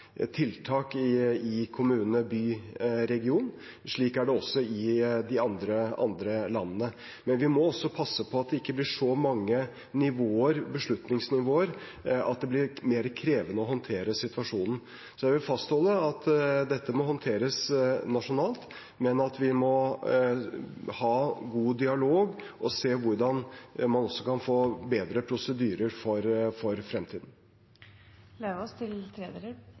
tiltak i kommune, by og region. Slik er det også i de andre landene. Men vi må passe på at det ikke blir så mange beslutningsnivåer at det blir mer krevende å håndtere situasjonen. Så jeg vil fastholde at dette må håndteres nasjonalt, men vi må ha god dialog og se hvordan man kan få bedre prosedyrer for